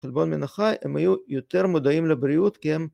חלבון מנחה הם היו יותר מודעים לבריאות כי הם